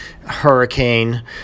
hurricane